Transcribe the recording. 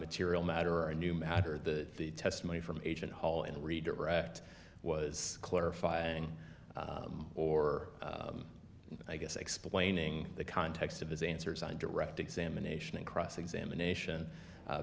material matter or a new matter the the testimony from agent hall and redirect was clarifying or i guess explaining the context of his answers on direct examination and cross examination